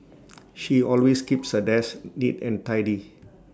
she always keeps her desk neat and tidy